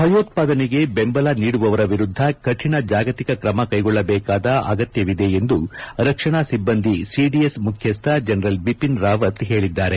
ಭಯೋತ್ವಾದನೆಗೆ ಬೆಂಬಲ ನೀಡುವವರ ವಿರುದ್ದ ಕಠಿಣ ಜಾಗತಿಕ ಕ್ರಮ ಕೈಗೊಳ್ಳಬೇಕಾದ ಅಗತ್ಯವಿದೆ ಎಂದು ರಕ್ಷಣಾ ಸಿಬ್ಬಂದಿ ಸಿದಿಎಸ್ ಮುಖ್ಯಸ್ಥ ಜನರಲ್ ಬಿಪಿನ್ ರಾವತ್ ಹೇಳಿದ್ದಾರೆ